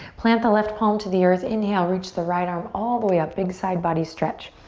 plant the left palm to the earth. inhale, reach the right arm all the way up. big side body stretch.